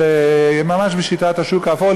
ממש בשיטת השוק האפור,